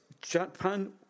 Japan